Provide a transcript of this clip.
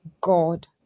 God